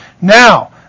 Now